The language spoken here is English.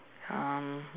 um